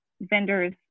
vendors